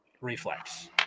reflex